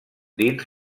dins